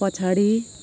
पछाडि